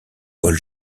paul